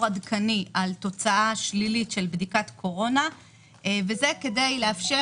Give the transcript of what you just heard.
עדכני של תוצאה שלילית של בדיקת קורונה וזה כדי לאפשר